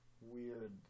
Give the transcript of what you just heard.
weird